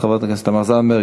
חברת הכנסת תמר זנדברג,